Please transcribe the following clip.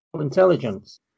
intelligence